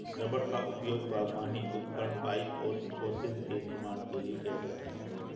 rubber का उपयोग बागवानी उपकरण, पाइप और होसेस के निर्माण के लिए किया जाता है